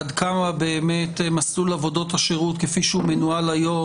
עד כמה באמת מסלול עבודות השירות כפי שהוא מנוהל היום,